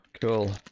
cool